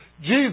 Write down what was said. Jesus